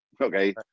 okay